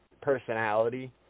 personality